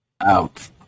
Out